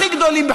הכי גדולים,